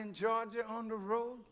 in georgia on the road